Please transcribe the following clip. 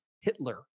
Hitler